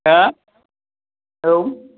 मा औ